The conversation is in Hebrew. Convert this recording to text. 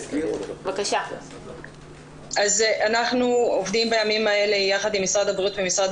אנחנו עובדים בימים האלה ביחד עם משרד הבריאות ומשרד